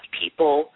people